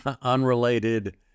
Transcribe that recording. unrelated